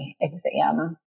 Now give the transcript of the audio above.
exam